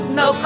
no